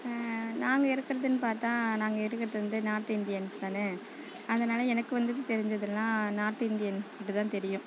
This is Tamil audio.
நாங்கள் இருக்கிறதுன்னு பார்த்தா நாங்கள் இருக்கிறது வந்து நார்த் இந்தியன்ஸ் தான் அதனால் எனக்கு வந்துட்டு தெரிஞ்சதெல்லாம் நார்த் இந்தியன்ஸ் ஃபுட்டு தான் தெரியும்